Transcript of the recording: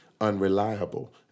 unreliable